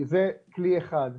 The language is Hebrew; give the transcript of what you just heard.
זה כלי אחד.